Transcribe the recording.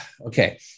Okay